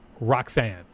roxanne